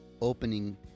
opening